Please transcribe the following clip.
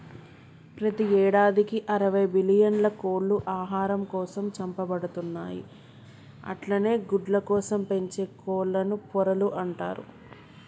ప్రతి యేడాదికి అరవై బిల్లియన్ల కోళ్లు ఆహారం కోసం చంపబడుతున్నయి అట్లనే గుడ్లకోసం పెంచే కోళ్లను పొరలు అంటరు